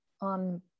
on